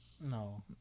No